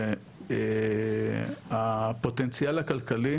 שהפוטנציאל הכלכלי